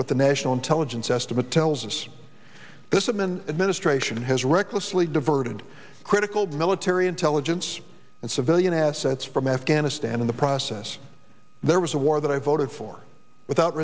what the national intelligence estimate tells us this admin administration has recklessly diverted critical military intelligence and civilian assets from afghanistan in the process there was a war that i voted for without